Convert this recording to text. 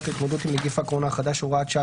להתמודדות עם נגיף הקורונה החדש (הוראת שעה),